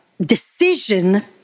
decision